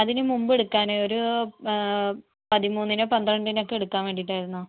അതിന് മുമ്പ് എടുക്കാനെ ഒരു പതിമൂന്നിന് പന്ത്രണ്ടിനൊക്കെ എടുക്കാൻ വേണ്ടീട്ടായിരുന്നു